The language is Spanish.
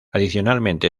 adicionalmente